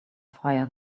fire